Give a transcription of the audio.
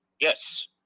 Yes